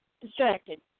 distracted